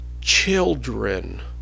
children